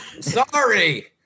Sorry